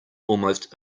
almost